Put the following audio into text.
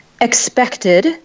expected